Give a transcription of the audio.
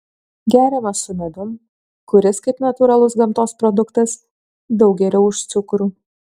geriamas su medum kuris kaip natūralus gamtos produktas daug geriau už cukrų